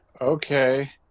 Okay